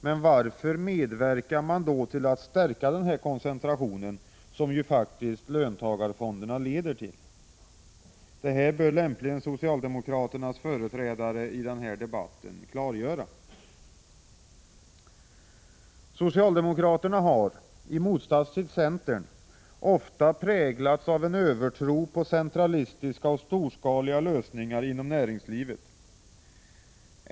Men varför medverkar man då till att stärka den koncentration som löntagarfonderna ju faktiskt leder till? Det bör lämpligen socialdemokraternas företrädare i denna debatt klargöra. Socialdemokraterna har —i motsats till centern — ofta präglats av en övertro på centralistiska och storskaliga lösningar inom näringslivet.